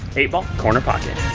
eight ball, corner pocket.